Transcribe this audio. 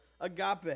agape